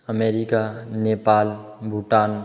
America Nepal Bhutan